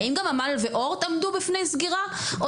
האם גם עמל ואורט עמדו בפני סגירה או